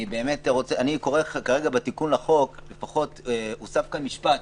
אני קורא כרגע בתיקון לחוק שהוסף משפט,